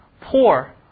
poor